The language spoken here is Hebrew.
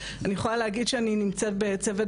אני יכולה להגיד שאני נמצאת בצוות